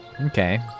Okay